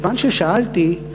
כיוון ששאלתי,